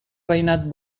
veïnat